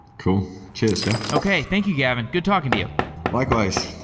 cool. cheers, jeff okay. thank you, gavin. good talking to you likewise.